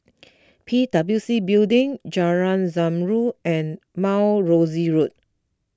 P W C Building Jalan Zamrud and Mount Rosie Road